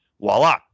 voila